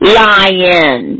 lion